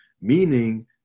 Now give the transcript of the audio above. meaning